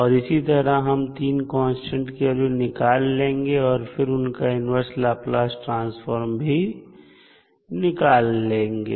और इसी तरह हम 3 कांस्टेंट की वैल्यू निकाल लेंगे और फिर उसका इन्वर्स लाप्लास ट्रांसफर भी निकाल लेंगे